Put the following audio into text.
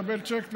מקבל צ'ק,